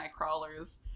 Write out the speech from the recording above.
Nightcrawler's